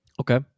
Okay